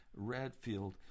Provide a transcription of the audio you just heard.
Radfield